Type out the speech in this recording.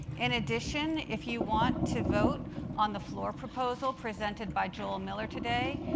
in addition, if you want to vote on the floor proposal presented by joel miller today,